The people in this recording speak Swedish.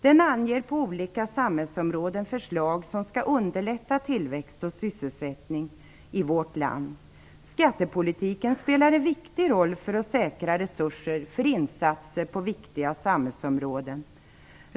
Den anger på olika samhällsområden förslag som skall underlätta tillväxt och sysselsättning i vårt land. Skattepolitiken spelar en viktig roll för att säkra resurser för insatser på viktiga samhällsområden.